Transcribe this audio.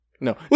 No